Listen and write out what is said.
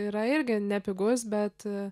yra irgi nepigus bet